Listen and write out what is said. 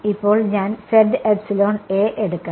ഇപ്പോൾ ഞാൻ എടുക്കണം